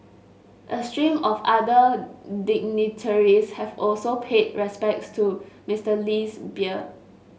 a stream of other dignitaries have also paid respects to Mister Lee's bier